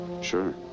Sure